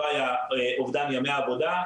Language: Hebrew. לא היה אובדן ימי עבודה,